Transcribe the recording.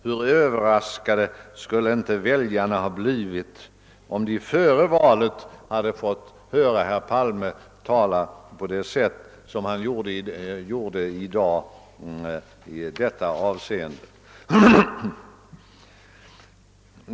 Hur överraskade skulle inte väljarna ha blivit, om de före valet hade fått höra herr Palme tala på det sätt som han gjorde i dag i detta avseende!